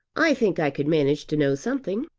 i think i could manage to know something.